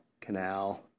canal